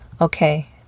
Okay